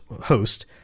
host